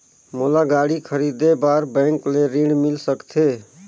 मोला गाड़ी खरीदे बार बैंक ले ऋण मिल सकथे?